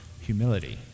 humility